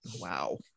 Wow